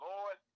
Lord